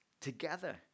together